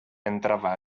entrava